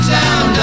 town